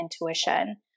intuition